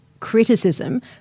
criticism